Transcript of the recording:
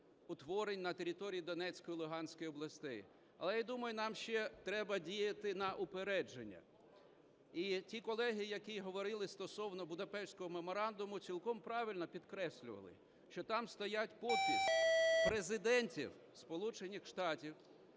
утворень на території Донецької і Луганської областей. Але я думаю, нам ще треба діяти на упередження. І ті колеги, які говорили стосовно Будапештського меморандуму, цілком правильно підкреслювали, що там стоять підписи президентів